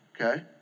okay